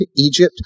Egypt